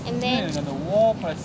and then